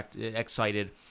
excited